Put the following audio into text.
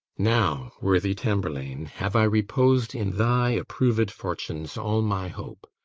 now, worthy tamburlaine, have i repos'd in thy approved fortunes all my hope.